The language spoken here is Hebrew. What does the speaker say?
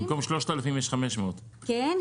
במקום 3,000 יש 500. כן,